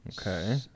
Okay